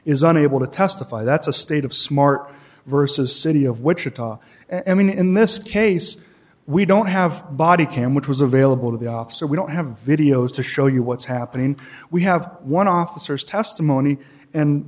is unable to testify that's a state of smart versus city of wichita and then in this case we don't have body cam which was available to the officer we don't have videos to show you what's happening we have one officer's testimony and